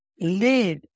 live